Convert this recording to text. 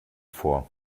vor